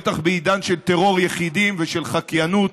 בטח בעידן של טרור יחידים ושל חקיינות,